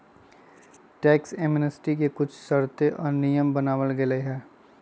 tax amnesty के कुछ शर्तें और नियम बनावल गयले है